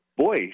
Boy